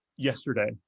Yesterday